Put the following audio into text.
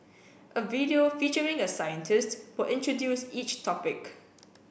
a video featuring a scientist will introduce each topic